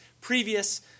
previous